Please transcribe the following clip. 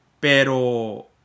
pero